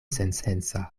sensenca